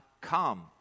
come